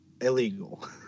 illegal